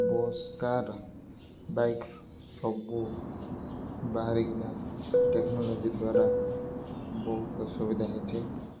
bus car bike ସବୁ ବାହାରିକିନା technology ଦ୍ୱାରା ବହୁତ ସୁବିଧା ହେଇଚେ